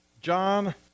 John